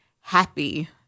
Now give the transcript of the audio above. happy